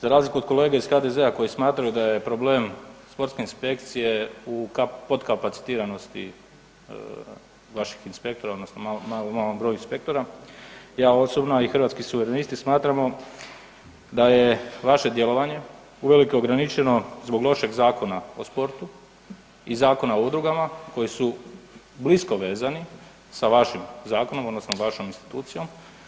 Za razliku od kolege HDZ-a koji smatraju da je problem sportske inspekcije u potkapacitiranosti vaših inspektora odnosno malom broju inspektora, ja osobno i Hrvatski suverenisti smatramo da je vaše djelovanje uvelike ograničeno zbog lošeg Zakona o sportu i Zakona o udrugama koji su blisko vezani sa vašim zakonom odnosno vašom institucijom.